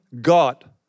God